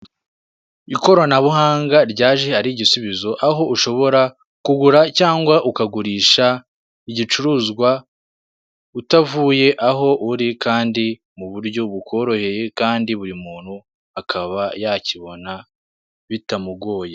Ikoranabuhanga ryaje ari igisubizo aho ushobora kugura cyangwa ukagurisha igicuruzwa utavuye aho uri kandi mu buryo bukorohaye kandi buri muntu akaba yakibona bitamugoye.